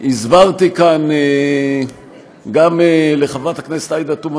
הסברתי כאן גם לחברת הכנסת עאידה תומא